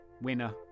winner